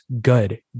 good